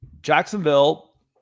Jacksonville